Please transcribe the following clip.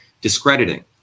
discrediting